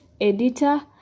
editor